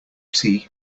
tea